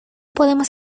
podemos